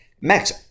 Max